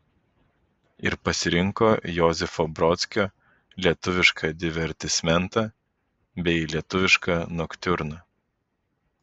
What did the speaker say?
ir pasirinko josifo brodskio lietuvišką divertismentą bei lietuvišką noktiurną